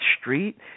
Street